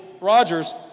Rogers